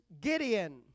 Gideon